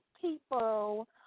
people